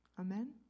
Amen